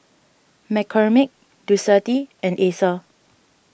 McCormick Ducati and Acer